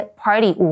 party